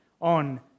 on